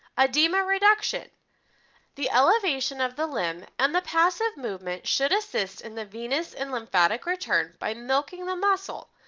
ah edema reduction the elevation of the limb and the passive movement should assist in the venous and lymphatic return by milking the muscle,